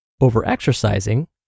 over-exercising